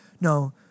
No